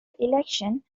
election